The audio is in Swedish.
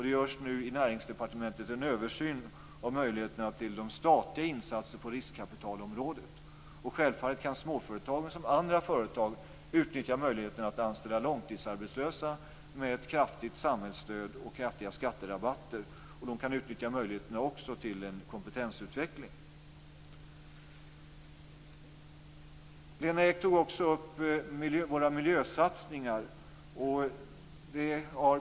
Det görs nu i Näringsdepartementet en översyn av möjligheterna till statliga insatser på riskkapitalområdet. Självfallet kan småföretagen som andra företag utnyttja möjligheten att anställa långtidsarbetslösa med ett kraftigt samhällsstöd och kraftiga skatterabatter. De kan utnyttja möjligheterna till en kompetensutveckling. Lena Ek tog också upp våra miljösatsningar.